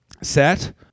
set